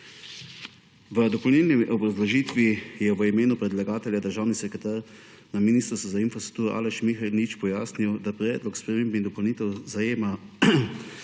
V dopolnilni obrazložitvi je v imenu predlagatelja državni sekretar na Ministrstvu za infrastrukturo Aleš Mihelič pojasnil, da predlog sprememb in dopolnitev zajema